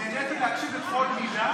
נהניתי להקשיב לכל מילה,